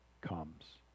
comes